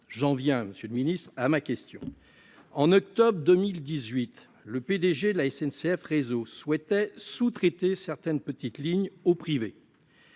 J'en viens à ma question. En octobre 2018, le P-DG de SNCF Réseau souhaitait sous-traiter certaines petites lignes au privé.